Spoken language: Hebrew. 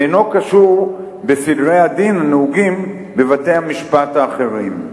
ואינו קשור בסדרי הדין הנהוגים בבתי-המשפט האחרים.